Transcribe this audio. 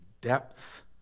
depth